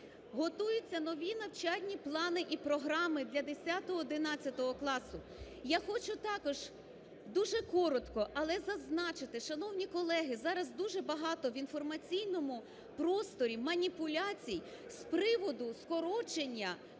Готуються нові навчальні плани і програми для 10-11 класу. Я хочу також дуже коротко, але зазначити, шановні колеги, зараз дуже багато в інформаційному просторі маніпуляцій з приводу скорочення обсягу